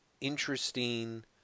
interesting